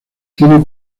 tiene